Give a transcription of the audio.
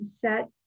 set